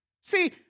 See